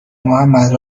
محمد